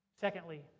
Secondly